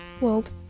World